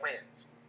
wins